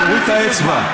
תוריד את האצבע.